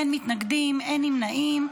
אין מתנגדים, אין נמנעים.